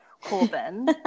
Corbin